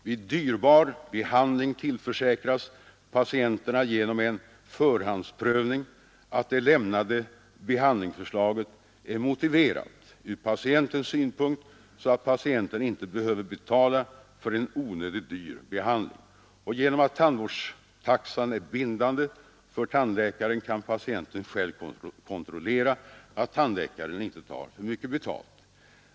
Vid dyrbar behandling tillförsäkras patienterna genom en förhandsprövning att det lämnade behandlingsförslaget är motiverat ur patientens synpunkt så att patienten inte behöver betala för en onödigt dyrbar behandling. Och genom att tandvårdstaxan är bindande för tandläkaren kan patienten själv kontrollera att tandläkaren inte tar för mycket betalt.